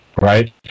right